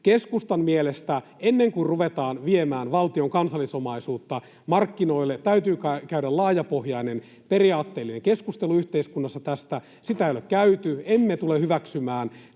Keskustan mielestä, ennen kuin ruvetaan viemään valtion kansallisomaisuutta markkinoille, täytyy käydä laajapohjainen periaatteellinen keskustelu yhteiskunnassa tästä. Sitä ei ole käyty. Emme tule hyväksymään